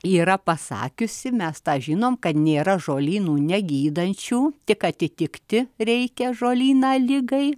yra pasakiusi mes tą žinom kad nėra žolynų negydančių tik atitikti reikia žolyną ligai